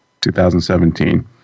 2017